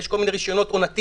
יש כל מיני רשיונות עונתיים,